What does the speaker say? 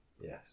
Yes